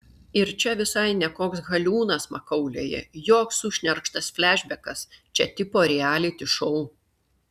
ir čia visai ne koks haliūnas makaulėje joks sušnerkštas flešbekas čia tipo rialiti šou